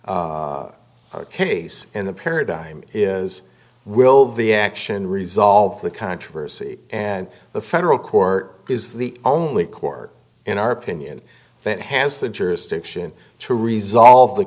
trunk case in the paradigm is will the action resolve the controversy and the federal court is the only court in our opinion that has the jurisdiction to resolve the